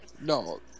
No